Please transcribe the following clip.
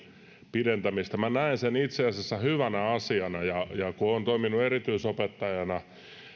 pidentämistä minä näen sen itse asiassa hyvänä asiana ja kun olen toiminut erityisopettajana niin